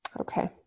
Okay